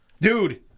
dude